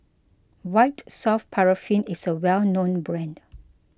White Soft Paraffin is a well known brand